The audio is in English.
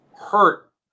hurt